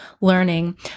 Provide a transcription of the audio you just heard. learning